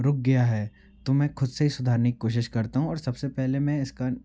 रुक गया है तो मैं खुद से ही सुधारने की कोशिश करता हूँ और सबसे पहले मैं इसका